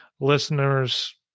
listeners